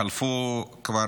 חלפו כבר